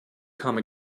come